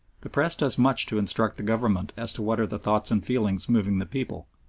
the press does much to instruct the government as to what are the thoughts and feelings moving the people,